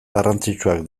garrantzitsuak